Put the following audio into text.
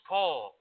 Paul